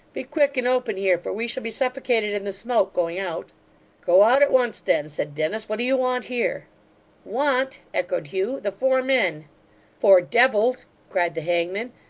be quick, and open here, for we shall be suffocated in the smoke, going out go out at once, then said dennis. what do you want here want! echoed hugh. the four men four devils cried the hangman.